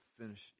finish